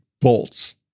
bolts